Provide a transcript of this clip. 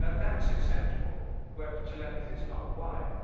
that's acceptable where telepathy is not, why?